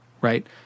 right